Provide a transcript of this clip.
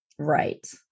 Right